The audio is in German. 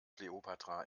kleopatra